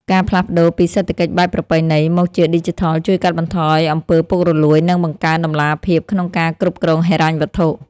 ការផ្លាស់ប្តូរពីសេដ្ឋកិច្ចបែបប្រពៃណីមកជាឌីជីថលជួយកាត់បន្ថយអំពើពុករលួយនិងបង្កើនតម្លាភាពក្នុងការគ្រប់គ្រងហិរញ្ញវត្ថុ។